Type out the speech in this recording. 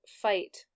fight